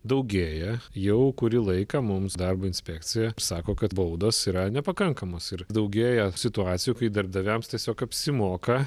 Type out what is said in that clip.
daugėja jau kurį laiką mums darbo inspekcija sako kad baudos yra nepakankamos ir daugėja situacijų kai darbdaviams tiesiog apsimoka